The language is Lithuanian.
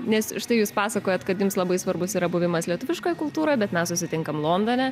nes štai jūs pasakojat kad jums labai svarbus yra buvimas lietuviškoj kultūroj bet mes susitinkam londone